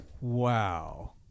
wow